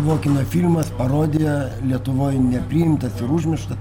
buvo kino filmas parodija lietuvoj nepriimtas ir užmirštas